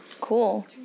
Cool